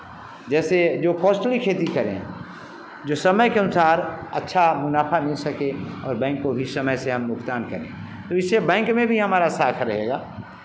जैसे जो कॉस्टली खेती करें जो समय के अनुसार अच्छा मुनाफ़ा मिल सके और बैंक को भी हम समय से भुगतान करें तो इससे बैंक में भी हमारा साथ रहेगा